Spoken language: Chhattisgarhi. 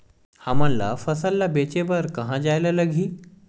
हमन ला फसल ला बेचे बर कहां जाये ला लगही?